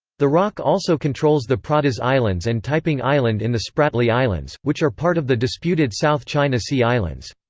the roc also controls the pratas islands and taiping island in the spratly islands, which are part of the disputed south china sea islands.